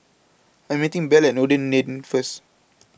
I Am meeting Belle Noordin Lane First